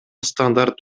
стандарт